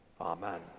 Amen